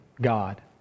God